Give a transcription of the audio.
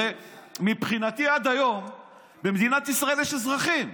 הרי מבחינתי עד היום במדינת ישראל יש אזרחים,